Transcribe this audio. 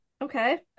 Okay